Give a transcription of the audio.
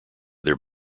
their